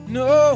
no